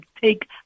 take